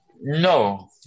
No